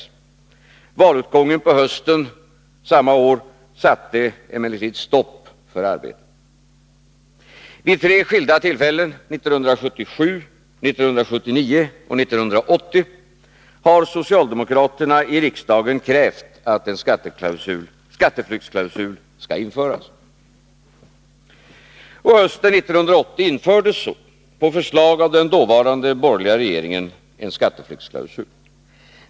Valutgången på hösten samma år satte emellertid stopp för arbetet. Vid tre skilda tillfällen — 1977, 1979 och 1980 — har socialdemokraterna i riksdagen krävt att en skatteflyktsklausul skall införas. Hösten 1980 infördes så — på förslag av den dåvarande borgerliga regeringen — en skatteflyktsklausul.